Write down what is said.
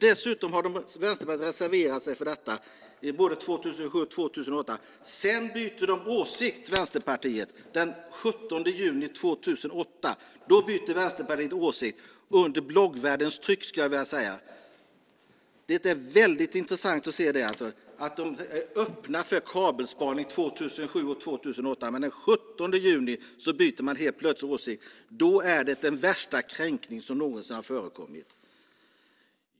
Dessutom har Vänsterpartiet reserverat sig för detta både 2007 och 2008. Sedan byter Vänsterpartiet åsikt den 17 juni 2008, under bloggvärldens tryck skulle jag vilja säga. Det är väldigt intressant. De är öppna för kabelspaning 2007 och 2008, men den 17 juni byter man helt plötsligt åsikt. Då är det den värsta kränkning som någonsin har förekommit.